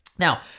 Now